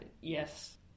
Yes